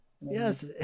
Yes